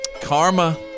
Karma